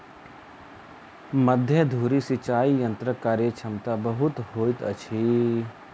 मध्य धुरी सिचाई यंत्रक कार्यक्षमता बहुत होइत अछि